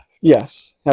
Yes